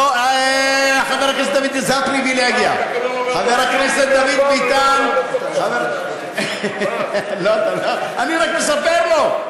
חבר כנסת דוד ביטן, אני רק מספר לו.